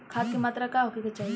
खाध के मात्रा का होखे के चाही?